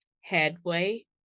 headway